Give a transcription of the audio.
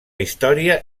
història